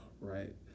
right